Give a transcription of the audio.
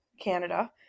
canada